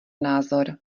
názor